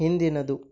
ಹಿಂದಿನದು